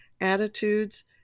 attitudes